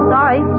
Sorry